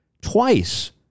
twice